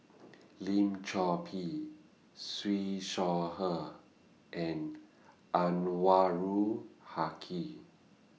Lim Chor Pee Siew Shaw Her and Anwarul Haque